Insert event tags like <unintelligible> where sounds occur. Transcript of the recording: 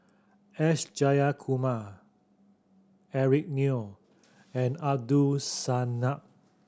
S Jayakumar Eric Neo and Abdul <unintelligible>